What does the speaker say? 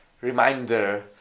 reminder